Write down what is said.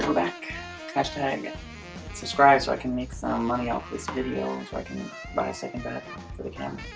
back touch today again subscribe so i can make some money off this video and so i can buy second that the camera